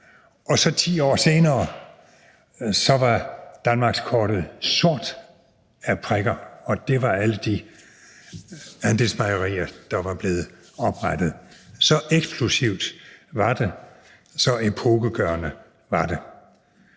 og 10 år senere var danmarkskortet sort af prikker, og det var alle de andelsmejerier, der var blevet oprettet. Så eksplosivt var det, så epokegørende var det.